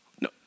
No